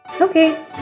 Okay